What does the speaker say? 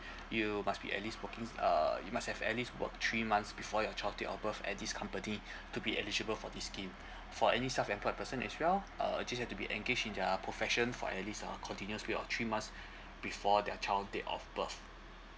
you must be at least working uh you must have at least work three months before your child date of birth at this company to be eligible for this scheme for any self employed person as well uh just have to be engaged in their profession for at least uh continuous period of three months before their child date of birth